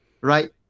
right